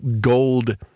gold